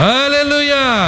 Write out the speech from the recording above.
Hallelujah